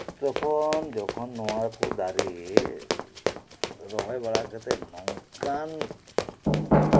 ᱡᱚᱠᱷᱚᱱ ᱱᱚᱶᱟ ᱠᱚ ᱫᱟᱨᱮ ᱨᱚᱦᱚᱭ ᱵᱟᱲᱟ ᱠᱟᱛᱮᱫ ᱱᱚᱝᱠᱟᱱ